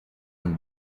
and